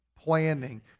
planning